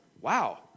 wow